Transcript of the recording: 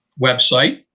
website